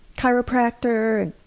chiropractor,